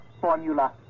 formula